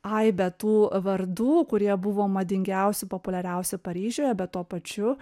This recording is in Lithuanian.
aibę tų vardų kurie buvo madingiausi populiariausi paryžiuje bet tuo pačiu